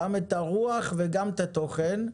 גם את הרוח וגם את התוכן,